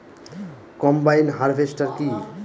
Combine harvester কি?